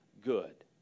good